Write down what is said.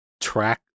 track